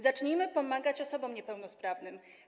Zacznijmy pomagać osobom niepełnosprawnym.